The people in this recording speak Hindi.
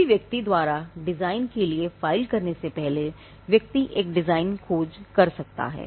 किसी व्यक्ति द्वारा डिज़ाइन के लिए फाइल करने से पहले व्यक्ति एक डिज़ाइन खोज कर सकता है